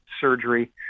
surgery